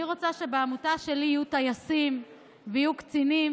אני רוצה שבעמותה שלי יהיו טייסים ויהיו קצינים,